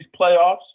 playoffs